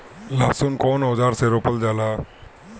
लहसुन कउन औजार से रोपल जाला?